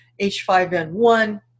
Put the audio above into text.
H5N1